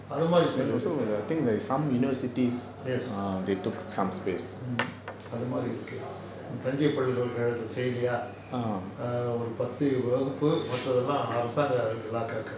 yes mm அது மாரி இருக்கு:athu mari iruku thanjai பல்கலைகழகதுல செய்யலயா:palkalaikalakathula seiyalayaa err ஒரு பத்து வகுப்பு மத்ததெல்லாம் அரசாங்க விலாகாகள்:oru pathu vakupu mathathellam arasanka vilaakaagal